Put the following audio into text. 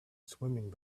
swimming